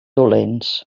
dolents